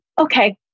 okay